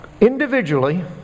individually